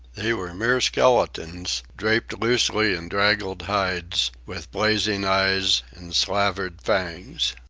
they were mere skeletons, draped loosely in draggled hides, with blazing eyes and slavered fangs.